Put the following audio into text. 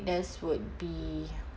~ness would be